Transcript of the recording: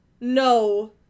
no